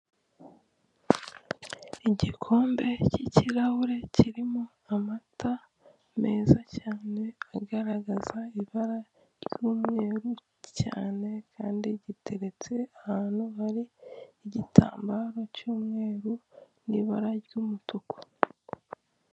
Igikombe cy'ikirahure kirimo amata meza cyane agaragaza ibara ry'umweru cyane kandi giteretse ahantu hari igitambaro cy'umweru n'ibara ry'umutuku.